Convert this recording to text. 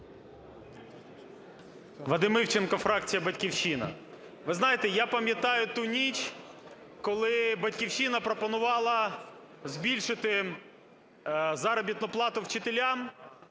Вадим Івченко, фракція "Батьківщина". Ви знаєте, я пам’ятаю ту ніч, коли "Батьківщина" пропонувала збільшити заробітну плату вчителям,